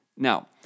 Now